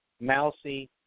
mousy